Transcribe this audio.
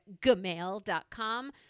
gmail.com